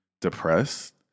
depressed